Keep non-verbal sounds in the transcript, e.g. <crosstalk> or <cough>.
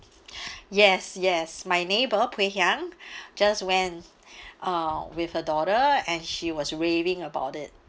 <breath> yes yes my neighbour Puay Hiang <breath> just went <breath> uh with her daughter and she was raving about it